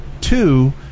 two